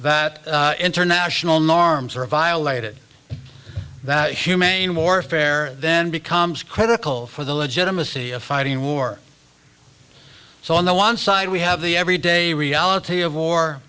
that international norms are violated that humane warfare then becomes critical for the legitimacy of fighting war so on the one side we have the every day reality of war